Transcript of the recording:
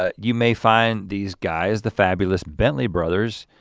ah you may find these guys the fabulous bentley brothers,